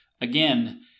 again